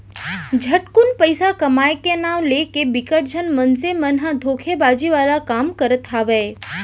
झटकुन पइसा कमाए के नांव लेके बिकट झन मनसे मन ह धोखेबाजी वाला काम करत हावय